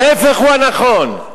ההיפך הוא הנכון.